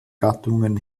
gattungen